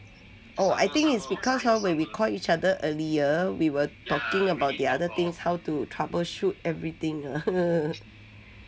oh I think is because orh when we call each other earlier we were talking about the other things how to troubleshoot everything